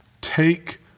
Take